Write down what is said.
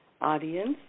audience